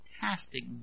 fantastic